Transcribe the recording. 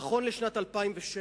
נכון לשנת 2007,